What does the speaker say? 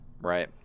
Right